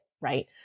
right